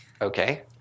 Okay